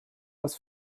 aus